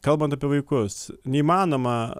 kalbant apie vaikus neįmanoma